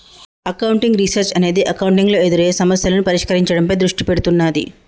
accounting research అనేది accounting లో ఎదురయ్యే సమస్యలను పరిష్కరించడంపై దృష్టి పెడుతున్నాది